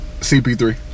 CP3